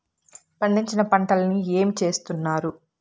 పండించిన పంటలని ఏమి చేస్తున్నారు?